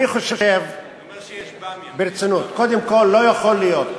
אני חושב, ברצינות, קודם כול, לא יכול להיות.